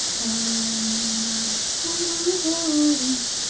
ᱚᱞ ᱢᱮᱱᱟᱜ ᱛᱟᱢᱟ ᱨᱚᱲ